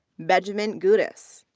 benjamen gudas.